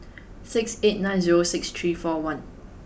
six eight nine zero six three four one